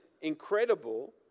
incredible